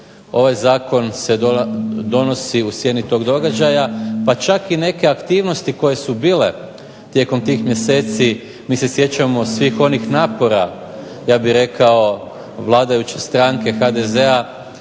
ovaj zakon se donosi u sjeni tog događaja pa čak i neke aktivnosti koje su bile tijekom tih mjeseci, mi se sjećamo svih onih napora, ja bih rekao vladajuće stranke HDZ-a